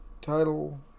title